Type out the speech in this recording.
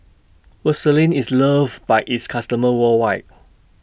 Vaselin IS loved By its customers worldwide